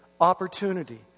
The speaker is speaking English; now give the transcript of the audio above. opportunity